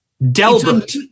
delbert